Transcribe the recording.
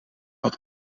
had